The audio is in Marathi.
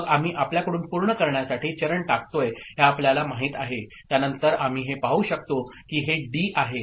मग आम्ही आपल्याकडून पूर्ण करण्यासाठी चरण टाकतोय हे आपल्याला माहित आहे त्यानंतर आम्ही हे पाहू शकतो की हे डी आहे